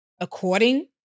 According